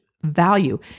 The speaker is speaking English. value